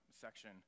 section